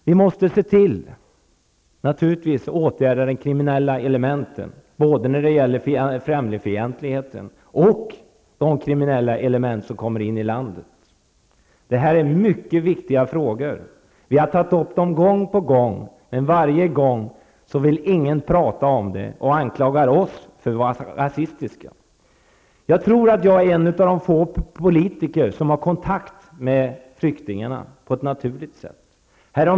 Vi måste naturligtvis se till att vidta åtgärder mot de kriminella elementen, både när det gäller främlingsfientligheten och när det gäller de kriminella element som kommer in i landet. Det här är mycket viktiga frågor. Vi har tagit upp dem gång på gång, men varje gång vill ingen prata om detta, utan i stället anklagar man oss för att vara rasistiska. Jag tror att jag är en av de få politiker som har kontakt med flyktingarna på ett naturligt sätt.